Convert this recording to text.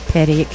Petty